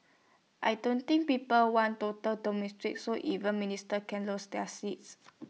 I don't think people want total so even minister can lose their seats